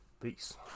Peace